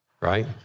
right